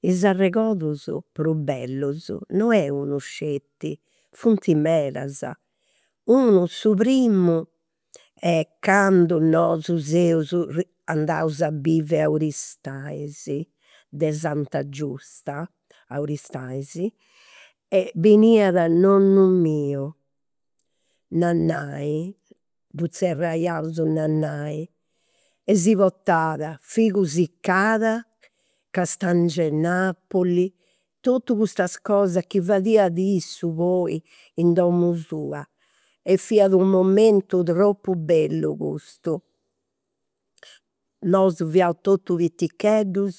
Is arregodus prus bellus, non est unu sceti, funt medas. Unu, su primu, est candu nosu seus andaus a bivi a Aristanis, de Santa Giusta, a Aristanis, beniat nonnu miu, nanai, ddu zerraius nannai e si portat figu siccada, castangi'e napuli, totus custas cosas ca fadiat issu poi, in domu sua. E fiat u' momentu tropu bellu custu. Nosu fiaus totus piticheddus